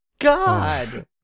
God